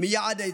מיעד הייצוג.